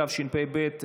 התשפ"ב 2022,